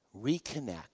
reconnect